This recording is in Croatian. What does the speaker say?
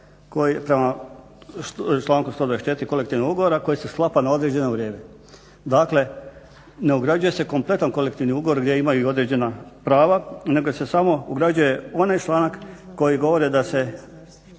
koji se sklapa na određeno vrijeme. Dakle ne ugrađuje se kompletan kolektivni ugovor gdje imaju određena prava nego se samo ugrađuje onaj članak koji govori da se